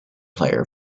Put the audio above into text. player